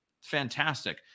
fantastic